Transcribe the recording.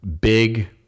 big